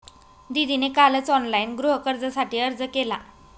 दीदीने कालच ऑनलाइन गृहकर्जासाठी अर्ज केला